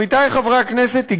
עמיתי חברי הכנסת,